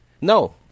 no